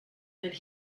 del